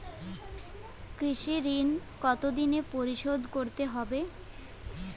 কৃষি ঋণ কতোদিনে পরিশোধ করতে হবে?